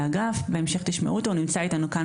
אגב שמנוהל על ידי חיים מויאל,